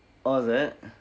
oh is it